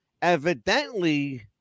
evidently